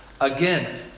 Again